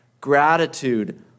gratitude